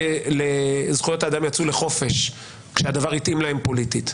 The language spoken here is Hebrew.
זכויות אדם יצאו לחופש כשהדבר התאים להם פוליטית.